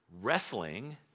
wrestling